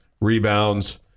rebounds